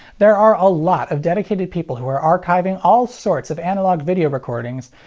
there are a lot of dedicated people who are archiving all sorts of analog video recordings,